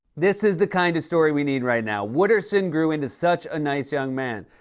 this is the kind of story we need right now. wooderson grew into such a nice young man.